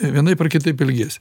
vienaip ar kitaip elgiesi